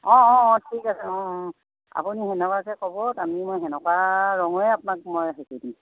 অঁ অঁ অঁ ঠিক আছে অঁ অঁ আপুনি সেনেকুৱাকৈ ক'ব আমি মই সেনেকুৱা ৰঙৰে আপোনাক মই শিকি দিম